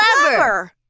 clever